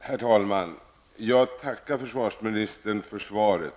Herr talman! Jag tackar försvarsministern för svaret.